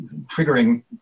triggering